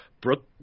Brooke